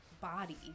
body